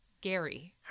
Gary